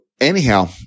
anyhow